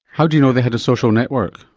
how do you know they had a social network?